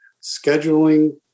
scheduling